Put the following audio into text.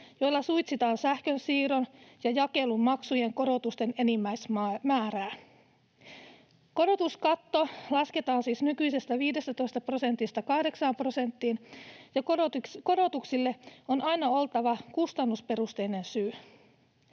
joilla suitsitaan sähkönsiirron ja ‑jakelun maksujen korotusten enimmäismäärää. Korotuskatto lasketaan siis nykyisestä 15 prosentista 8:aan prosenttiin, ja korotuksille on aina oltava kustannusperusteinen syy.